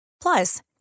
Plus